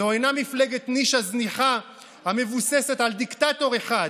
זו אינה מפלגת נישה זניחה המבוססת על דיקטטור אחד,